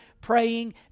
praying